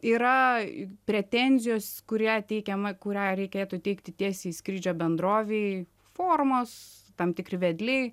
yra pretenzijos kurią teikiama kurią reikėtų teikti tiesiai skrydžio bendrovei formos tam tikri vedliai